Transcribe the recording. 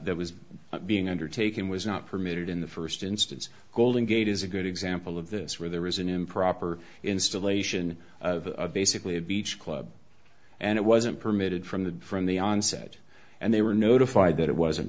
that was being undertaken was not permitted in the first instance golden gate is a good example of this where there was an improper installation basically a beach club and it wasn't permitted from the from the onset and they were notified that it wasn't